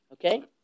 Okay